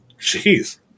Jeez